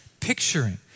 picturing